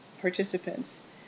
participants